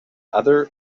other